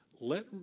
let